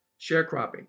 sharecropping